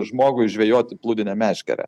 žmogui žvejoti plūdine meškere